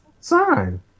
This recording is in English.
sign